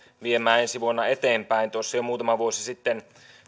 viemään ensi vuonna eteenpäin tuossa jo muutama vuosi sitten